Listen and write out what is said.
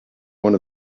one